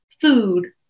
food